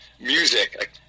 Music